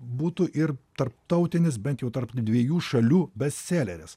būtų ir tarptautinis bent jau tarp dviejų šalių bestseleris